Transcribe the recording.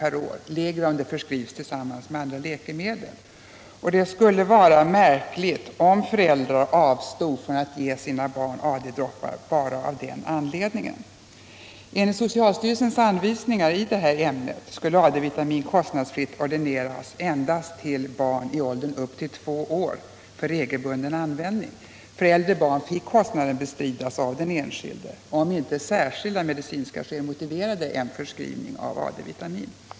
per år, mindre om det förskrivs tillsammans med andra läkemedel — och det skulle vara märkligt om föräldrar avstod från att ge sina barn AD-droppar endast av den anledningen att de får betala detta belopp. Enligt socialstyrelsens anvisningar i detta ämne skulle AD-vitamin kostnadsfritt ordineras endast till barn i åldern upp till två år för regelbunden användning. För äldre barn fick kostnaden bestridas av den enskilde, om inte särskilda medicinska skäl motiverade en förskrivning av AD-vitamin.